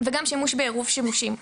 וגם שימוש בעירוב שימושים.